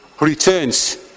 returns